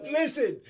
listen